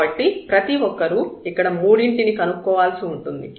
కాబట్టి ప్రతి ఒక్కరూ ఇక్కడ మూడింటిని కనుక్కోవాల్సి ఉంటుంది